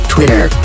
Twitter